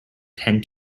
tend